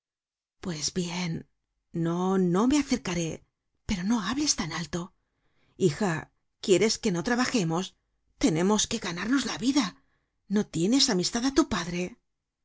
pues bien no no me acercaré pero no hables tan alto hija quieres que no trabajemos tenemos que ganarnos la vida no tienes amistad á tu padre